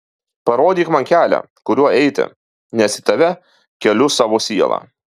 parodyk man kelią kuriuo eiti nes į tave keliu savo sielą